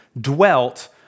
dwelt